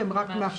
שהן רק מאפשרות.